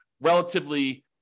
relatively